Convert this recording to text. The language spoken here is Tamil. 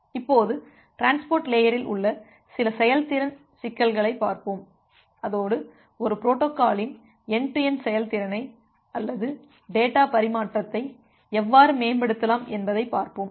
இப்போது டிரான்ஸ்போர்ட் லேயரில் உள்ள சில செயல்திறன் சிக்கல்களை பார்ப்போம் அதோடு ஒரு பொரோட்டோகாலின் என்டு டு என்டு செயல்திறனை அல்லது டேட்டா பரிமாற்றத்தை எவ்வாறு மேம்படுத்தலாம் என்பதைப் பார்ப்போம்